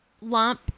lump